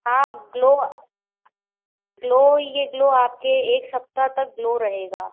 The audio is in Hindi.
हाँ ग्लो ग्लो ये ग्लो आपके एक सप्ताह तक ग्लो रहेगा